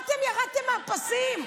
מה, אתם ירדתם מהפסים?